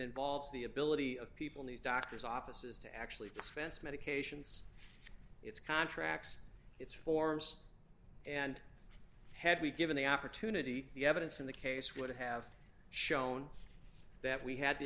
nvolves the ability of people in these doctors offices to actually dispense medications it's contracts it's forms and had we given the opportunity the evidence in the case would have shown that we had the